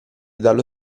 dallo